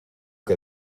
que